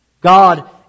God